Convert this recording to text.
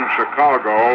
Chicago